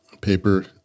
paper